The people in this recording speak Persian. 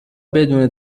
بدون